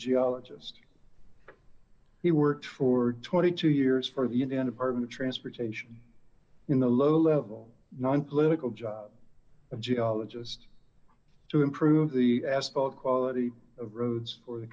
geologist he worked for twenty two years for the in an apartment transportation in the low level nonpolitical job of geologist to improve the asphalt quality of roads or the